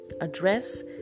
Address